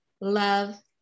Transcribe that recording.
love